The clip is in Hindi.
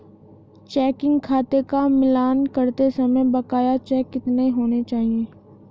चेकिंग खाते का मिलान करते समय बकाया चेक कितने होने चाहिए?